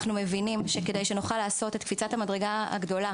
אנחנו מבינים שכדי שנוכל לעשות את קפיצת המדרגה הגדולה